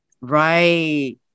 Right